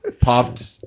popped